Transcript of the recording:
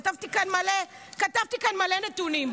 כשהוא סוגר את גבעת התחמושת הוא סוגר את המורשת של מדינת ישראל.